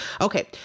Okay